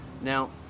now